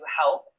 help